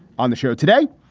on the show today,